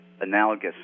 analogous